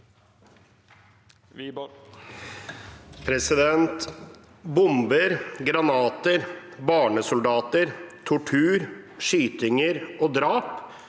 Bomber, granater, barnesoldater, tortur, skytinger og drap